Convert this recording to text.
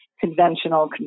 conventional